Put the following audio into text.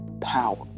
power